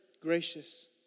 gracious